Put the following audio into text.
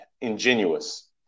ingenuous